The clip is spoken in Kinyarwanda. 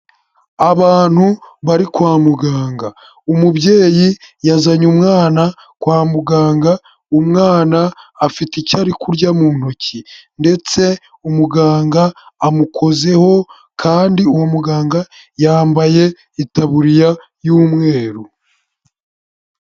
Abantu bari kwa muganga, umubyeyi yazanye umwana kwa muganga, umwana afite icyo ari kurya mu ntoki ndetse umuganga amukozeho kandi uwo muganga yambaye itaburiya y'umweru.